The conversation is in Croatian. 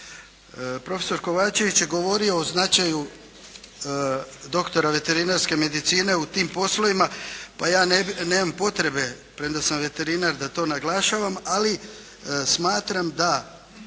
Profesor Kovačević je govorio o značaju doktora veterinarske medicine u tim poslovima pa ja nemam potrebe, premda sam veterinar, da to naglašavam, ali smatram da